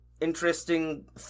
interesting